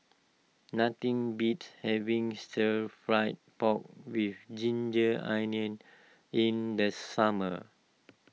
nothing beats having Stir Fried Pork with Ginger Onions in this summer